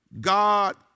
God